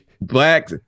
black